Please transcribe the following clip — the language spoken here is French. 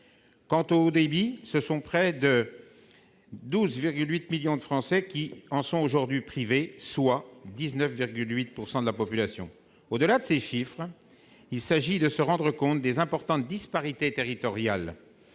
Quant au haut débit, ce sont près de 12,8 millions de Français qui en sont aujourd'hui privés, soit 19,8 % de la population. Au-delà de ces chiffres, il faut se rendre compte des importantes disparités territoriales.